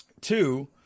two